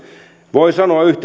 voi sanoa